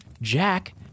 Jack